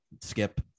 skip